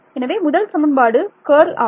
எனவே முதல் சமன்பாடு கர்ல் ஆகும்